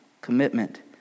commitment